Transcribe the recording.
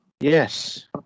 Yes